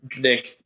Nick